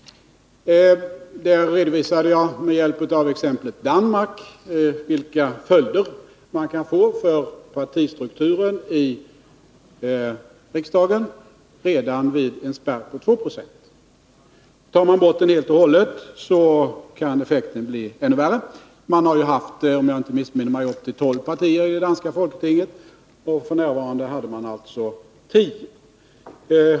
Med Danmark som exempel redovisade jag vilka följder man kan få för partistrukturen i riksdagen redan vid en spärr på 2 90. Tar man bort spärren helt och hållet, kan effekten bli ännu värre. Man har haft, om jag inte missminner mig, upp till tolv partier i det danska folketinget, och nu senast hade man alltså tio.